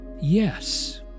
yes